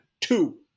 Two